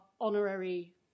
honorary